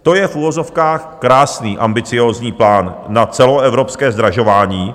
To je, v uvozovkách, krásný ambiciózní plán na celoevropské zdražování.